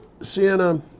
Sienna